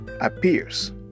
appears